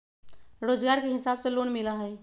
रोजगार के हिसाब से लोन मिलहई?